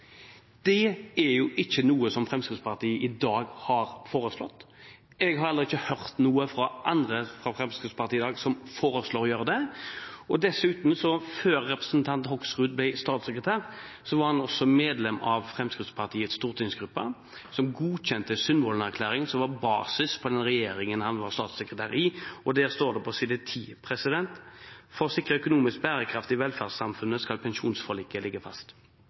Det er jo ikke noe som Fremskrittspartiet i dag har foreslått. Jeg har heller ikke hørt noen andre fra Fremskrittspartiet i dag som foreslår å gjøre det. Dessuten: Før representanten Hoksrud ble statssekretær, var han medlem av Fremskrittspartiets stortingsgruppe, som godkjente Sundvolden-erklæringen, som var basis for den regjeringen han var statssekretær i. Der står det på side 10: «For å sikre økonomisk bærekraft i velferdssamfunnet skal pensjonsforliket ligge fast.»